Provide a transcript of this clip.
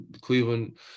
Cleveland